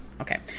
Okay